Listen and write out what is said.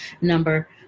number